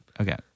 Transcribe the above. Okay